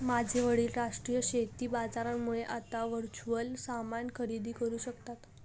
माझे वडील राष्ट्रीय शेती बाजारामुळे आता वर्च्युअल सामान खरेदी करू शकता